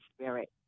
spirit